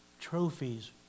trophies